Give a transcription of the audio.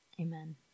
amen